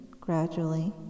gradually